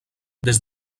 des